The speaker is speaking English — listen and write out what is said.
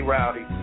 Rowdy